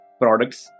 products